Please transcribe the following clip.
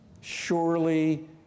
surely